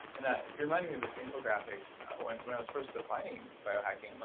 and ah you remind me of this infographic when when i was first defining biohacking.